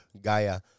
gaia